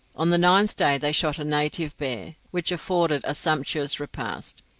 on the ninth day they shot a native bear, which afforded a sumptuous repast,